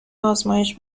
آزمایش